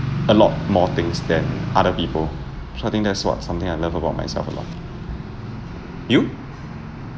a lot more things than other people so I think that's what something I love about myself a lot you